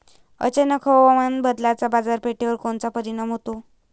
अचानक हवामान बदलाचा बाजारपेठेवर कोनचा परिणाम होतो?